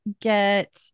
get